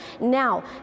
Now